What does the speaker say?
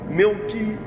milky